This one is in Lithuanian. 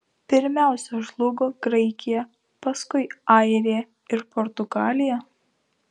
pirmiausia žlugo graikija paskui airija ir portugalija